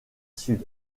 sud